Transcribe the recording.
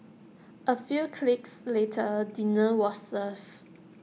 A few clicks later dinner was served